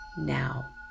now